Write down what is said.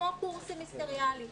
כמו קורס סמסטריאלי,